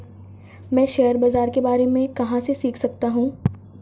मैं शेयर बाज़ार के बारे में कहाँ से सीख सकता हूँ?